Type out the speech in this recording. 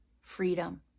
freedom